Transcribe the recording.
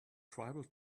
tribal